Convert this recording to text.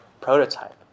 prototype